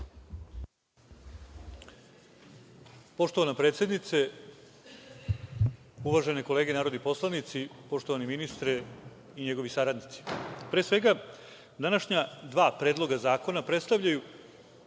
Poštovana predsednice, uvažene kolege narodni poslanici, poštovani ministre i njegovi saradnici, pre svega, današnja dva predloga zakona predstavljaju